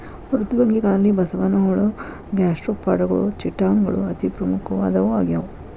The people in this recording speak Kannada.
ಮೃದ್ವಂಗಿಗಳಲ್ಲಿ ಬಸವನಹುಳ ಗ್ಯಾಸ್ಟ್ರೋಪಾಡಗಳು ಚಿಟಾನ್ ಗಳು ಅತಿ ಪ್ರಮುಖವಾದವು ಆಗ್ಯಾವ